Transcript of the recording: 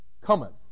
cometh